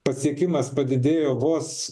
pasiekimas padidėjo vos